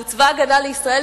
שהוא צבא-הגנה לישראל,